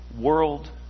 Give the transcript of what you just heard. world